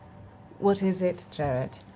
what is it, jarrett?